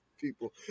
people